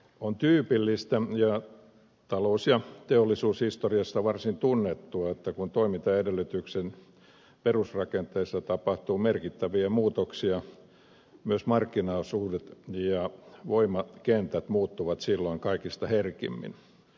on tyypillistä ja talous ja teollisuushistoriasta varsin tunnettua että kun toimintaedellytysten perusrakenteissa tapahtuu merkittäviä muutoksia myös markkinaosuudet ja voimakentät muuttuvat silloin kaikista herkimmin